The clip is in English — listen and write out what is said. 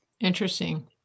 Interesting